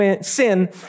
sin